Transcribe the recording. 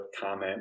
comment